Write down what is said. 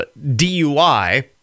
DUI